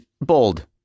bold